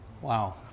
Wow